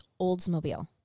Oldsmobile